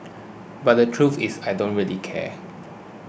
but the truth is I don't really care